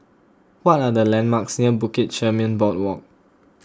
what are the landmarks near Bukit Chermin Boardwalk